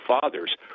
fathers